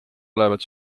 olevat